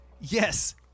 Yes